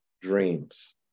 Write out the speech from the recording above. dreams